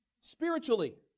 spiritually